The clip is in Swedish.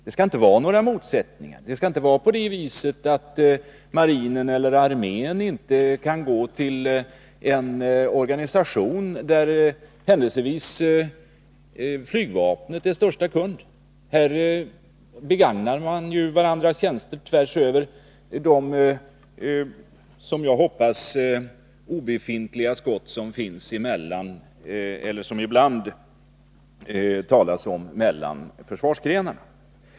Det skall inte vara några motsättningar. Det skall inte vara på det sättet att marinen eller armén inte kan gå till en organisation där flygvapnet händelsevis är den största kunden. Här begagnar man ju varandras tjänster tvärs över de, som jag hoppas, obefintliga skotten mellan försvarsgrenarna.